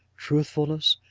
truthfulness,